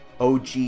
OG